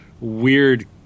weird